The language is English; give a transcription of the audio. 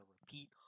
repeat